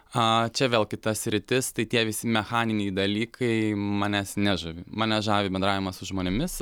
a čia vėl kita sritis tai tie visi mechaniniai dalykai manęs nežavi mane žavi bendravimas su žmonėmis